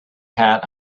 had